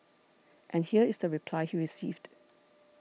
and here is the reply he received